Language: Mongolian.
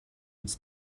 биз